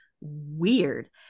weird